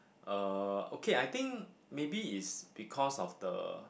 uh okay I think maybe is because of the